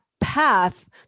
path